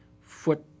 foot